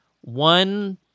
one